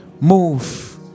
Move